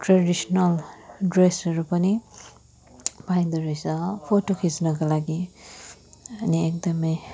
traditional ड्रेसहरू पनि पाइँदो रहेछ फोटो खिच्नको लागि अनि एकदमै